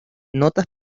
notas